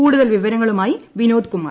കൂടുതൽ വിവരങ്ങളുമായി വിനോദ്കുമാർ